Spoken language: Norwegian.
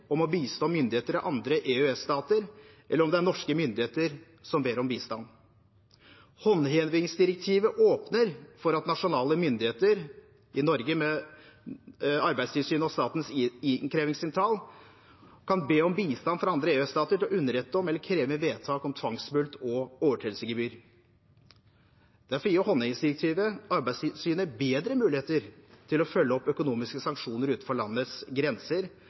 om å bistå myndigheter i andre EØS-stater, eller om det er norske myndigheter som ber om bistand. Håndhevingsdirektivet åpner for at nasjonale myndigheter, i Norge med Arbeidstilsynet og Statens innkrevingssentral, kan be om bistand fra andre EØS-stater til å underrette om eller kreve inn vedtak om tvangsmulkt og overtredelsesgebyr. Derfor gir håndhevingsdirektivet Arbeidstilsynet bedre muligheter til å følge opp økonomiske sanksjoner utenfor landets grenser,